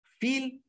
feel